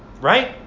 Right